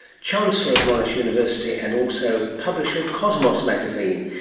chancellor of monash university and also publisher of cosmos magazine,